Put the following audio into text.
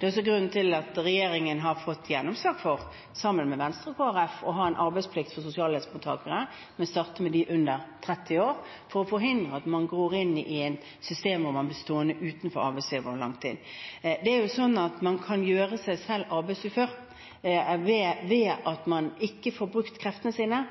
Det er også grunnen til at regjeringen har fått gjennomslag for – sammen med Venstre og Kristelig Folkeparti – å ha en arbeidsplikt for sosialhjelpsmottakere, og vi starter med dem under 30 år for å forhindre at man gror inn i et system hvor man blir stående utenfor arbeidslivet over lang tid. Det er sånn at man kan gjøre seg selv arbeidsufør. Ved at man ikke får brukt kreftene sine,